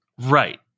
Right